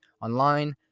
online